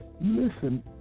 Listen